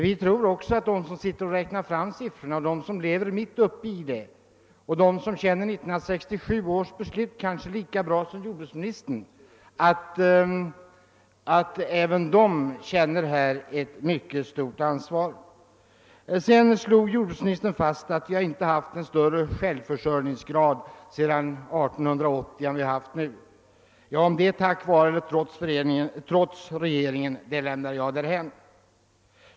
Vi tror att även de som räknar fram siffrorna och lever mitt uppe i denna verksamhet och som känner till 1967 års beslut kanske lika bra som jordbruksministern, känner ett mycket stort ansvar. Sedan slog jordbruksministern fast att vi inte sedan 1880 haft en större självförsörjningsgrad än nu. Om det är tack vare eller trots regeringen lämnar jag därhän.